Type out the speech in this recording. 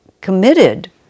committed